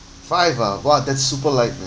five uh what that's super light man